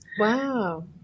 wow